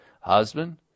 husband